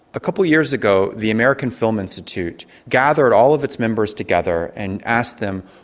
a couple of years ago the american film institute gathered all of its members together and asked them,